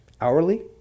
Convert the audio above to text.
Hourly